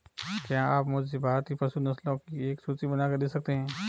क्या आप मुझे भारतीय पशु नस्लों की एक सूची बनाकर दे सकते हैं?